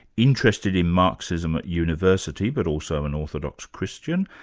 interested in marxism at university, but also an orthodox christian,